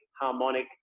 harmonic